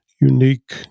unique